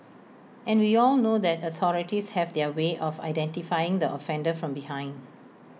and we all know that authorities have their way of identifying the offender from behind